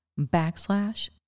backslash